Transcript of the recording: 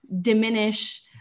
diminish